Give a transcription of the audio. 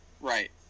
Right